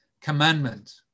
commandment